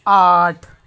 آٹھ